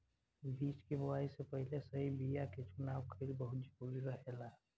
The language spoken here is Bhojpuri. बीज के बोआई से पहिले सही बीया के चुनाव कईल बहुत जरूरी रहेला